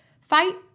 fight